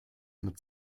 mit